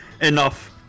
enough